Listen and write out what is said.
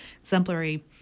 exemplary